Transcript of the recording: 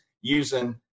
using